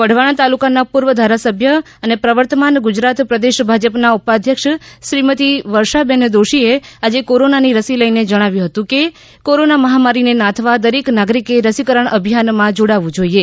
વઢવાણ તાલુકાના પૂર્વ ધારાસભ્ય અને પ્રવર્તમાન ગુજરાત પ્રદેશ ભાજપના ઉપાધ્યક્ષ શ્રીમતી વર્ષાબેન દોશીએ આજે કોરોનાની રસી લઈને જણાવ્યું હતું કે કોરોના મહામારીને નાથવા દરેક નાગરિકે રસીકરણ અભિયાનમાં જોડાવું જોઈએ